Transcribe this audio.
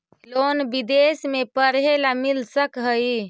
Loan विदेश में पढ़ेला मिल सक हइ?